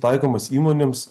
taikomas įmonėms